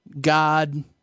god